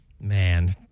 Man